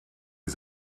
die